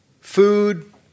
food